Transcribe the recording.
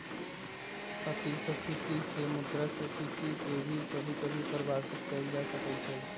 अतिस्फीती से मुद्रास्फीती के भी कभी कभी परिभाषित कइल जा सकई छ